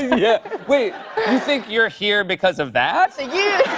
yeah. wait. you think you're here because of that? you